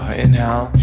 inhale